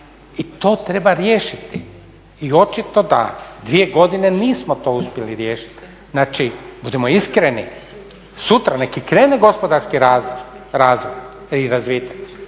I to treba riješiti i očito da 2 godine nismo tu uspjeli riješiti. Znači, budimo iskreni, sutra neka i krene gospodarski razvoj i razvitak,